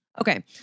Okay